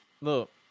look